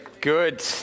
Good